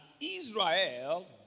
Israel